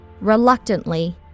Reluctantly